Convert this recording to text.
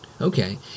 Okay